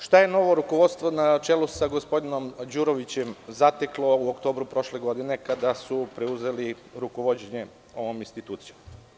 Šta je novo rukovodstvo, na čelu sa gospodinom Đurovićem, zateklo u oktobru prošle godine kada su preuzeli rukovođenje ovom institucijom?